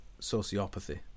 sociopathy